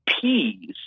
peas